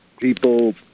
people